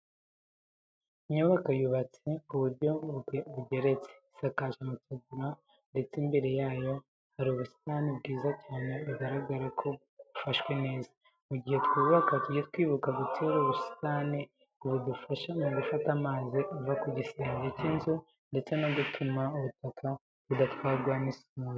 Inyubako yubatse ku buryo bugeretse, isakaje amategura ndetse imbere yayo hari ubusitani bwiza cyane bigaragara ko bwafashwe neza. Mu gihe twubaka tujye twibuka gutera ubusitani kuko budufasha mu gufata amazi ava ku gisenge cy'inzu ndetse no gutuma ubutaka budatwarwa n'isuri.